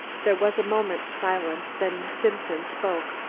there was a moment's silence, then simpson spoke.